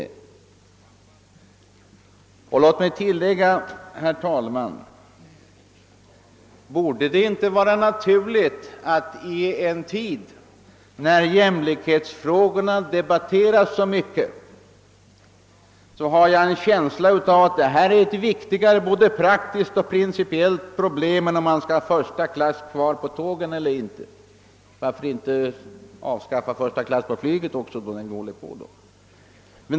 Herr talman! Jag har en känsla av att i en tid då jämlikhetsfrågorna debatteras så mycket borde det vara naturligt att betrakta detta som ett viktigare både praktiskt och principiellt problem än om man skall ha kvar första klass på tågen eller inte. Varför inte samtidigt avskaffa första klass på flyget?